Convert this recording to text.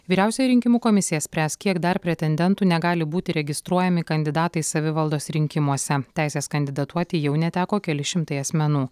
vyriausia rinkimų komisija spręs kiek dar pretendentų negali būti registruojami kandidatais savivaldos rinkimuose teisės kandidatuoti jau neteko keli šimtai asmenų